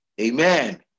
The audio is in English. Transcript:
Amen